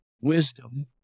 wisdom